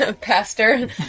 pastor